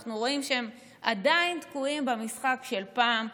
ואנחנו רואים שהם עדיין תקועים במשחק של פעם,